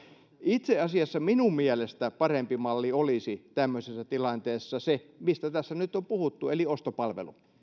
itse asiassa minun mielestäni parempi malli olisi tämmöisessä tilanteessa se mistä tässä nyt on puhuttu eli ostopalvelu